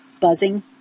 buzzing